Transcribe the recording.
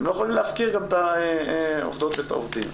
לא יכולים להפקיר את העובדות והעובדים.